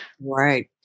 Right